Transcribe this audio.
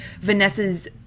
Vanessa's